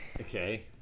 Okay